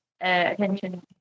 attention